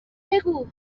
بگو